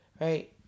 Right